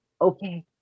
Okay